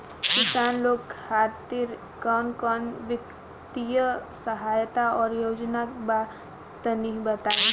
किसान लोग खातिर कवन कवन वित्तीय सहायता और योजना बा तनि बताई?